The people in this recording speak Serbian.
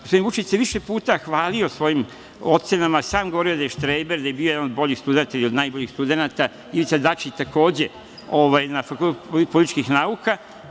Gospodin Vučić se više puta hvalio svojim ocenama, sam govorio da je štreber, da je bio jedan od boljih studenata, najboljih studenata, Ivica Dačić, takođe na Fakultetu političkih nauka.